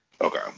Okay